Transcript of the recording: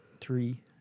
Three